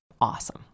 awesome